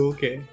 Okay